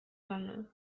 wange